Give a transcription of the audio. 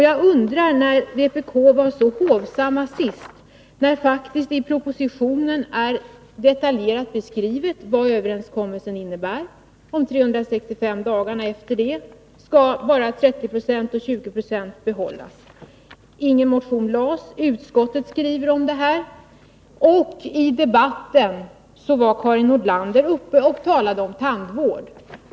Jag undrar varför man i vpk var så hovsam, när det faktiskt är detaljerat beskrivet i propositionen vad överenskommelsen skulle innebära beträffande de 365 dagarna, de 30 procenten av folkpensionen och de 20 procenten av överskjutande inkomster som får behållas. Ingen motion väcktes. Utskottet skrev om detta. Och i debatten var Karin Nordlander uppe och talade om tandvård.